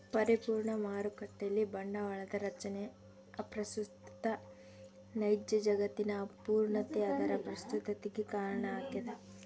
ಪರಿಪೂರ್ಣ ಮಾರುಕಟ್ಟೆಯಲ್ಲಿ ಬಂಡವಾಳದ ರಚನೆ ಅಪ್ರಸ್ತುತ ನೈಜ ಜಗತ್ತಿನ ಅಪೂರ್ಣತೆ ಅದರ ಪ್ರಸ್ತುತತಿಗೆ ಕಾರಣ ಆಗ್ಯದ